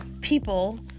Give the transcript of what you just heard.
people